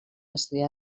estudiar